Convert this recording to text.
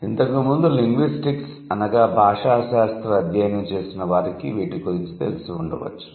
ఇంతకు ముందు లింగ్విస్టిక్స్ అనగా భాషాశాస్త్రం అధ్యయనం చేసిన వారికి వీటి గురించి తెలిసి ఉండవచ్చు